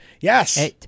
Yes